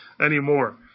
anymore